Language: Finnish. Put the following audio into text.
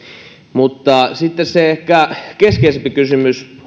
mutta sitten se ehkä keskeisempi kysymys mikä on noussut